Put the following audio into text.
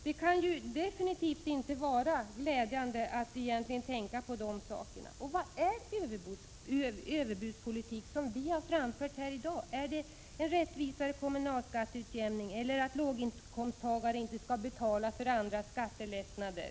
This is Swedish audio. Det kan definitivt inte vara glädjande att tänka på de sakerna. Vad är det som är överbud i det som vi framför här i dag? Är det överbud att vilja ha en rättvisare kommunalskatteutjämning eller att kräva att låginkomsttagare inte skall betala för andras skattelättnader?